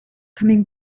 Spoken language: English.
coming